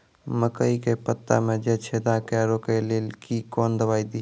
मकई के पता मे जे छेदा क्या रोक ले ली कौन दवाई दी?